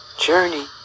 journey